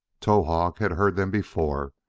towahg had heard them before,